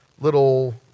little